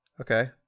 Okay